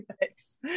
thanks